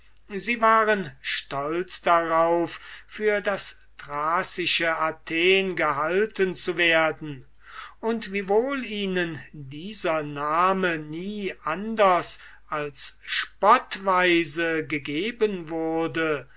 sie waren stolz darauf für das thracische athen gehalten zu werden und wiewohl ihnen dieser name nie anders als spottweise gegeben wurde